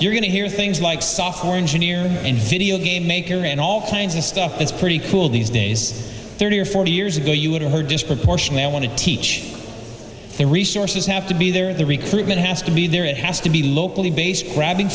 you're going to hear things like software engineering and video game maker and all kinds of stuff is pretty cool these days thirty or forty years ago you would have heard disproportionally i want to teach their resources have to be there the recruitment has to be there it has to be locally based grabbing